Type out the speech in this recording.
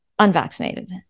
unvaccinated